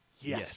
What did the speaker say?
yes